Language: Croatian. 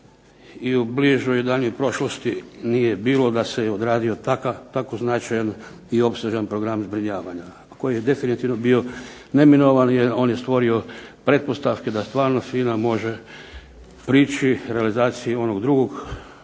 i u bližoj i u daljnjoj prošlosti nije bilo da se je odradio tako značajan i opsežan program zbrinjavanja, a koji je definitivno bio neminovan jer on je stvorio pretpostavke da stvarno FINA može prići realizaciji onog drugog,